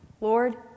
Lord